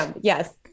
yes